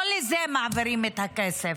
לא לזה מעבירים את הכסף.